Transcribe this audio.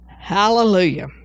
hallelujah